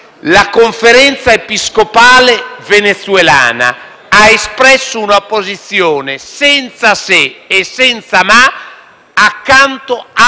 La Conferenza episcopale venezuelana ha espresso una posizione senza se e senza ma accanto al